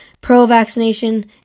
pro-vaccination